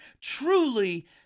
truly